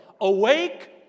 awake